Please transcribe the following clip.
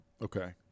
Okay